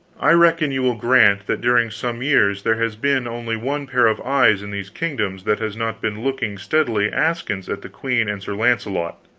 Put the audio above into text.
i reckon you will grant that during some years there has been only one pair of eyes in these kingdoms that has not been looking steadily askance at the queen and sir launcelot